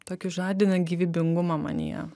tokį žadina gyvybingumą manyje